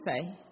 say